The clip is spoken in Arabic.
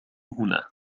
هنا